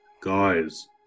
Guys